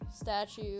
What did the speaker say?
statue